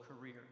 career